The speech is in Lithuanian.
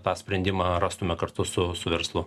tą sprendimą rastume kartu su su verslu